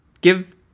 give